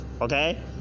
okay